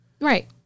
Right